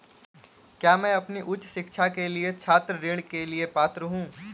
क्या मैं अपनी उच्च शिक्षा के लिए छात्र ऋण के लिए पात्र हूँ?